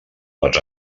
les